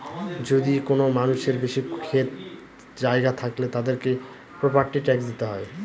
যদি কোনো মানুষের বেশি ক্ষেত জায়গা থাকলে, তাদেরকে প্রপার্টি ট্যাক্স দিতে হয়